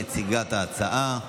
מציגת ההצעה.